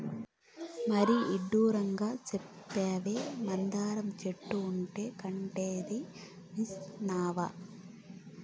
మరీ ఇడ్డూరంగా సెప్తావే, మందార చెట్టు అంటు కట్టేదీ మర్సినావా